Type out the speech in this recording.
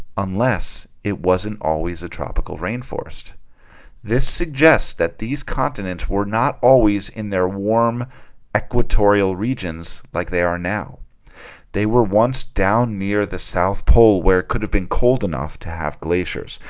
unless it wasn't always a tropical rainforest this suggests that these continents were not always in there war equatorial regions like they are now they were once down near the south pole. where could have been cold enough to have glaciers,